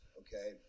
okay